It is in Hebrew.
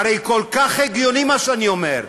הרי כל כך הגיוני מה שאני אומר.